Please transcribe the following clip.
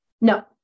No